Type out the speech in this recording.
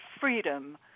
freedom